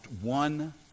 one